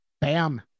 bam